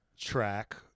track